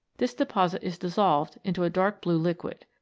this deposit is dissolved into a dark blue liquid.